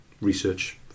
research